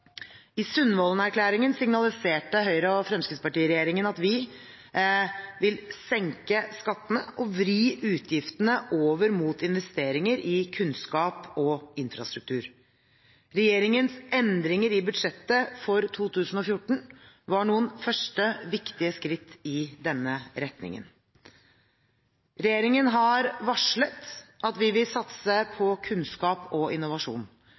I Sundvolden-erklæringen signaliserte Høyre–Fremskrittsparti-regjeringen at vi vil senke skattene og vri utgiftene over mot investeringer i kunnskap og infrastruktur. Regjeringens endringer i budsjettet for 2014 var noen første viktige skritt i denne retningen. Regjeringen har varslet at vi vil satse på kunnskap og innovasjon.